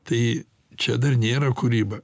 tai čia dar nėra kūryba